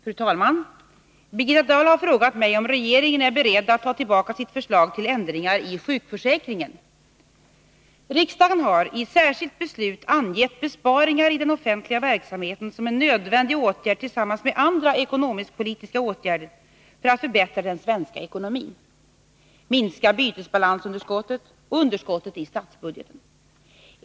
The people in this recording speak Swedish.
Fru talman! Birgitta Dahl har frågat mig om regeringen är beredd att ta tillbaka sitt förslag till ändringar i sjukförsäkringen. Riksdagen har i särskilt beslut angett besparingar i den offentliga verksamheten som en nödvändig åtgärd tillsammans med andra ekonomiskpolitiska åtgärder för att förbättra den svenska ekonomin, minska bytesbalansunderskottet och underskottet i statsbudgeten.